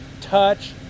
touch